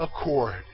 accord